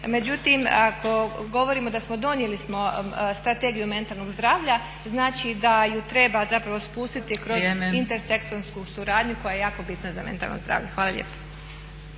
međutim ako govorimo da smo donijeli strategiju mentalnog zdravlja, znači da ju treba zapravo spustiti kroz intersektonsku suradnju koja je jako bitna za mentalno zdravlje. Hvala lijepa.